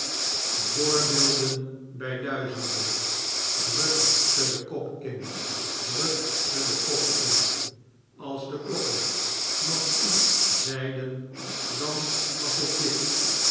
voorbeelden bij duizenden druk ze den kop in druk ze den kop in als de klokken nog iets zeiden dan was het dit